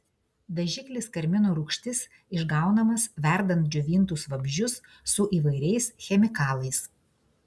dažiklis karmino rūgštis išgaunamas verdant džiovintus vabzdžius su įvairiais chemikalais